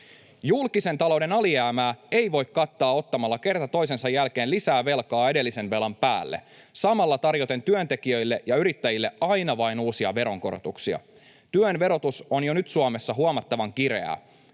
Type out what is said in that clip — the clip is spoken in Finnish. Julkisen talouden alijäämää ei voi kattaa ottamalla kerta toisensa jälkeen lisää velkaa edellisen velan päälle samalla tarjoten työntekijöille ja yrittäjille aina vain uusia veronkorotuksia. Työn verotus on jo nyt Suomessa huomattavan kireää.